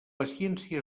paciència